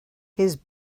his